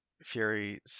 Fury